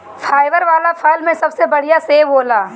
fibre वाला फल में सबसे बढ़िया सेव होला